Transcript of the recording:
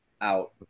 out